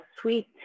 sweet